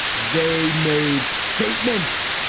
they made statements.